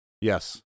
yes